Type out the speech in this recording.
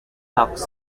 talks